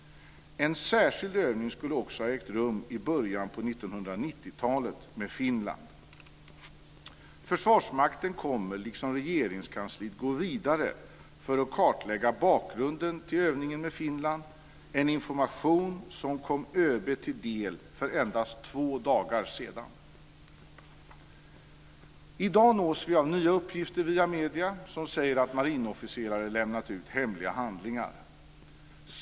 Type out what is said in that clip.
En särskild övning skulle också ha ägt rum i början på 1990-talet med Finland. Försvarsmakten kommer, liksom Regeringskansliet, att gå vidare för att kartlägga bakgrunden till övningen med Finland - en information som kom ÖB till del för endast två dagar sedan. I dag nås vi av nya uppgifter via medierna som säger att marinofficerare lämnat ut hemliga handlingar.